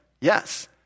Yes